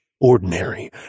ordinary